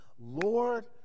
Lord